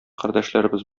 кардәшләребез